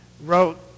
wrote